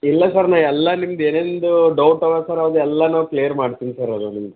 ಇಲ್ಲ ಸರ್ ನಾನು ಎಲ್ಲ ನಿಮ್ದು ಏನೇನ್ ಡೌಟ್ ಅವೇ ಸರ್ ಅವೆಲ್ಲನೂ ಕ್ಲಿಯರ್ ಮಾಡ್ತೀನಿ ಸರ್ ಅದು ನಿಮ್ದು